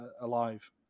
alive